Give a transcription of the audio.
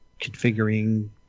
configuring